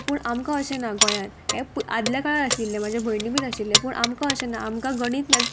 पूण आमकां अशें ना गोंयांत हें आदल्या काळार आशिल्लें म्हाजे भयणीक बीन आशिल्लें पूण आमकां अशें ना आमकां गणीत